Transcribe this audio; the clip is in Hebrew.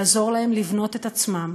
לעזור להם לבנות את עצמם,